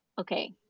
okay